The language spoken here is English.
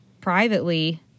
privately